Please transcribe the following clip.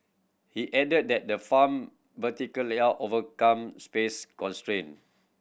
he added that the farm vertical layout overcomes space constraint